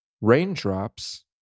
raindrops